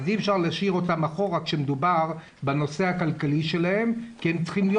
אי אפשר להשאירם מאחור כשמדובר בנושא הכלכלי שלהם כי הם צריכים להיות